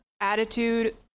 attitude